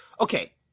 okay